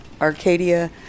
Arcadia